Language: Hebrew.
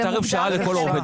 תעריף שעה לכל עובד.